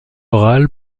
orale